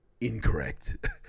incorrect